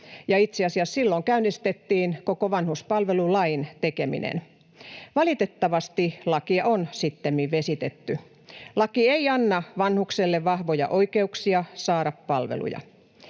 — itse asiassa silloin käynnistettiin koko vanhuspalvelulain tekeminen. Valitettavasti lakia on sittemmin vesitetty. Laki ei anna vanhukselle vahvoja oikeuksia saada palveluja.